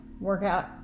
workout